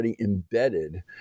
embedded